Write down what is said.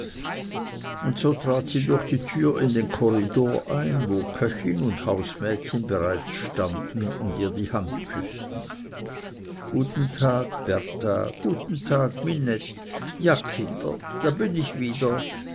und so trat sie durch die tür in den korridor ein wo köchin und hausmädchen bereits standen und ihr die hand küßten guten tag berta guten tag minette ja kinder da bin ich wieder